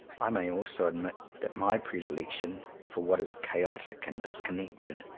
i may also admit that my predilection for what is chaotic and dis connected,